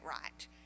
right